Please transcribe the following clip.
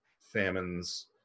famines